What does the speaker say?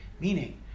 Meaning